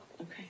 Okay